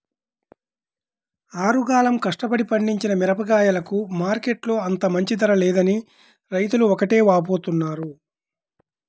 ఆరుగాలం కష్టపడి పండించిన మిరగాయలకు మార్కెట్టులో అంత మంచి ధర లేదని రైతులు ఒకటే వాపోతున్నారు